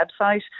website